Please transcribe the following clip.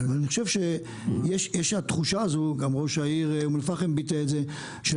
יש תחושה, וגם ראש העיר אום אל-פאחם ביטא אותה, של